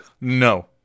No